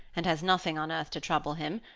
and has nothing on earth to trouble him,